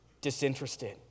disinterested